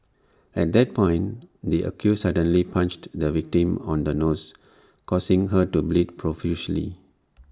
at that point the accused suddenly punched the victim on the nose causing her to bleed profusely